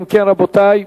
אם כן, רבותי,